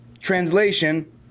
translation